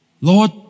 Lord